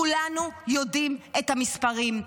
כולנו יודעים את המספרים.